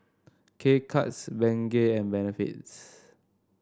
K Cuts Bengay and Benefits